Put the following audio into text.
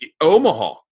Omaha